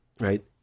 right